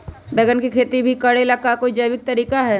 बैंगन के खेती भी करे ला का कोई जैविक तरीका है?